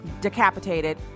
decapitated